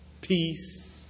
peace